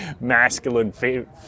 masculine